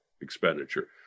expenditure